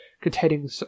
containing